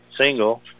single